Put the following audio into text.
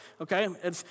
Okay